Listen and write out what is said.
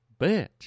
Bitch